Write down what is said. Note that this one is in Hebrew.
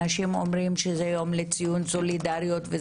אנשים אומרים שזהו יום לציון סולידריות.